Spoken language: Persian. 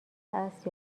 است